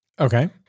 Okay